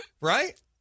Right